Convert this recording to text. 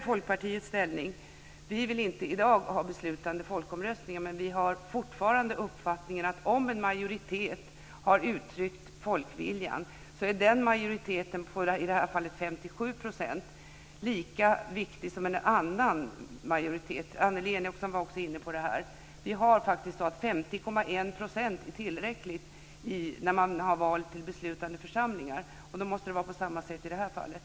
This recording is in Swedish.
Folkpartiet vill inte i dag ha beslutande folkomröstningar, men vi har fortfarande uppfattningen att om en majoritet har uttryckt folkviljan så är den majoriteten, i det här fallet på 57 %, lika viktig som varje annan majoritet. Annelie Enochson var också inne på det. Vi har det faktiskt så att 50,1 % är tillräckligt när man har val i beslutande i församlingar. Det måste vara på samma sätt i det här fallet.